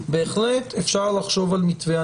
בהחלט אפשר לחשוב על מתווה.